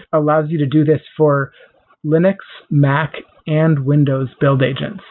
allows you to do this for linux, mac and windows build agents.